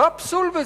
מה הפסול בזה?